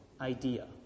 idea